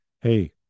hey